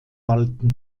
walten